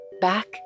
back